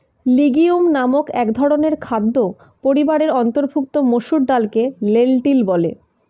legume নামক একধরনের খাদ্য পরিবারের অন্তর্ভুক্ত মসুর ডালকে লেন্টিল বলে